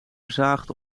verzaagt